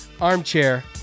Armchair